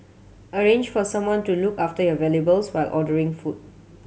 arrange for someone to look after your valuables while ordering food